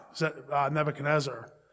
Nebuchadnezzar